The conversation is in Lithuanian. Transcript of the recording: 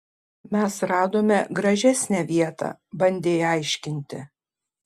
mes radome gražesnę vietą bandei aiškinti